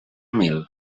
mil